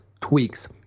tweaks